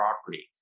property